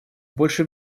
больше